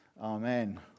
Amen